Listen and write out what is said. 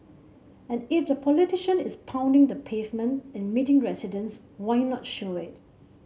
and if the politician is pounding the pavement and meeting residents why not show it